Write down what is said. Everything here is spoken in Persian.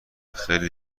خیلی